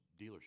dealership